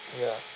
ya